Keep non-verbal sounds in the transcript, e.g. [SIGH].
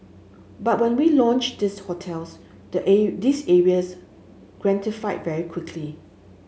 but when we launched these hotels the [UNINTELLIGIBLE] these areas gentrified very quickly